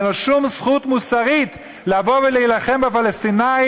אין לו שום זכות מוסרית לבוא ולהילחם בפלסטינים,